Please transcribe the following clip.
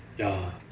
ya